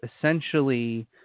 essentially